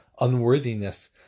unworthiness